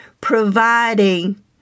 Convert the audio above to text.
providing